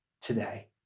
today